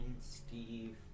Steve